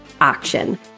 action